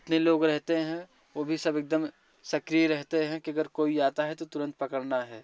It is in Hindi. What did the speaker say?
जितने लोग रहते हैं वो भी सब एकदम सक्रिय रहते हैं कि अगर कोई आता है तो तुरंत पकड़ना है